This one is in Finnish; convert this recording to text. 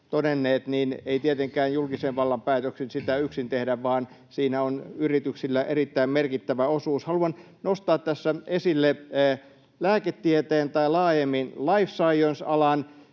niin ei tietenkään julkisen vallan päätöksin sitä yksin tehdä, vaan siinä on yrityksillä erittäin merkittävä osuus. Haluan nostaa tässä esille lääketieteen tai laajemmin life science -alan.